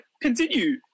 continue